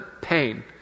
pain